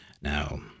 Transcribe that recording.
Now